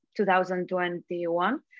2021